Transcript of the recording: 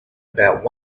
about